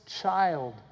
child